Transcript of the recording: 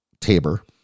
Tabor